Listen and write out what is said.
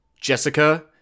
Jessica